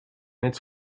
its